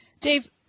Dave